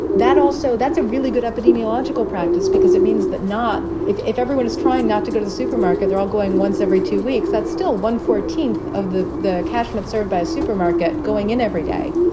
that also that's a really good epidemiological practice because it means that not if if everyone is trying not to go to the supermarket, they're all going once every two weeks. that's still one fourteenth of the the catchment served by a supermarket going in every day.